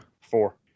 Four